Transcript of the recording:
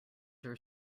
are